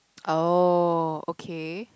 oh okay